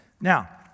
Now